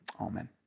Amen